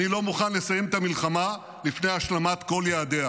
אני לא מוכן לסיים את המלחמה לפני השלמת כל יעדיה.